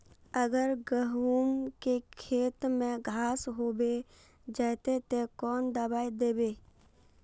अगर गहुम के खेत में घांस होबे जयते ते कौन दबाई दबे?